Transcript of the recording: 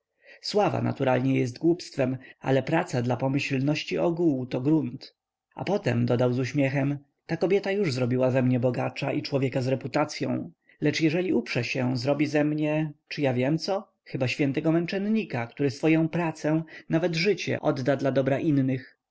sława naturalnie jest głupstwem ale praca dla pomyślności ogółu to grunt a potem dodał z uśmiechem ta kobieta już zrobiła ze mnie bogacza i człowieka z reputacyą lecz jeżeli uprze się zrobi ze mnie czy ja wiem co chyba świętego męczennika który swoję pracę nawet życie odda dla dobra innych